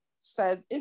says